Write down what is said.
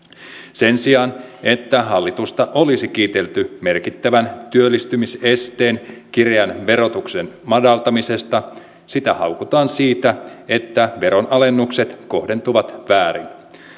sen sijaan että hallitusta olisi kiitelty merkittävän työllistymisesteen kireän verotuksen madaltamisesta sitä haukutaan siitä että veronalennukset kohdentuvat väärin